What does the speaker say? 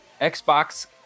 Xbox